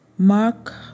Mark